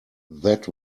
that